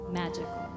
magical